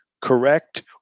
correct